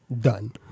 Done